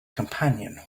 companion